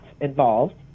involved